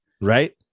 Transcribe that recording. Right